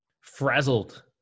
Frazzled